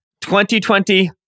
2020